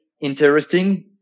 interesting